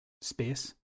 space